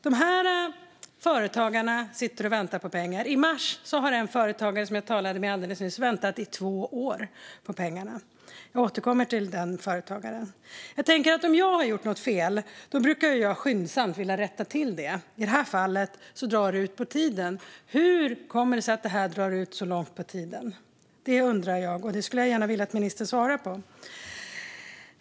De här företagarna sitter och väntar på pengar. I mars kommer en företagare som jag talade med alldeles nyss att ha väntat i två år på pengarna. Jag återkommer till den företagaren. Om jag har gjort något fel brukar jag vilja rätta till det skyndsamt. I det här fallet drar det ut på tiden. Hur kommer det sig att det drar ut så långt på tiden? Det undrar jag, och det skulle jag gärna vilja att ministern svarade på.